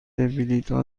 بلیتها